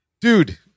dude